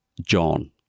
John